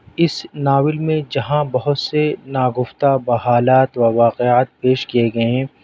اس novel میں جہاں بہت سے ناگفتہ بہ حالات و واقعات پیش کئے گئے ہیں